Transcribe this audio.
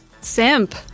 Simp